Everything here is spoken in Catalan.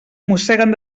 mosseguen